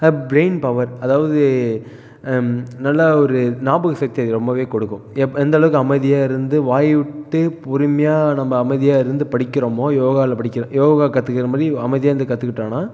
brain power அதாவது நல்லா ஒரு நியாபக சக்தி அது ரொம்ப கொடுக்கும் எந்த அளவுக்கு அமைதியாக இருந்து வாய்விட்டு பொறுமையாக நம்ம அமைதியாக இருந்து படிக்கிறோமோ யோகாவில் படிக்கிற யோகா கத்துக்கிற மாதிரி அமைதியாக இருந்து கத்துக்கிட்டோம்னா